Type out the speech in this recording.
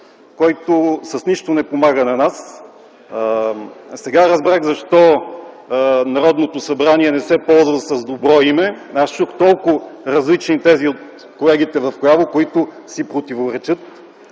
който с нищо не ни помага. Сега разбрах защо Народното събрание не се ползва с добро име. Аз чух толкова различни тези от колегите вляво, които си противоречат,